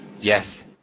Yes